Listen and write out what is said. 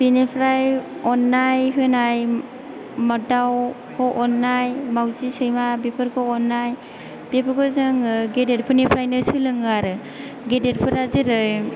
बेनिफ्राय अननाय होनाय मा दावखौ अननाय मावजि सैमा बेफोरखौ अननाय बिफोरखौ जोङो गेदेरफोरनिफ्रायनो सोलोङो आरो गेदेरफोरा जेरै